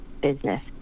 business